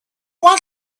one